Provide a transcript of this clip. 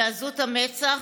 ועזות המצח,